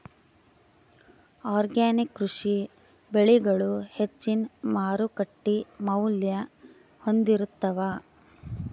organic ಕೃಷಿ ಬೆಳಿಗಳು ಹೆಚ್ಚಿನ್ ಮಾರುಕಟ್ಟಿ ಮೌಲ್ಯ ಹೊಂದಿರುತ್ತಾವ